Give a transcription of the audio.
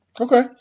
Okay